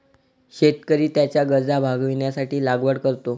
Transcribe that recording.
शेतकरी त्याच्या गरजा भागविण्यासाठी लागवड करतो